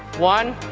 one.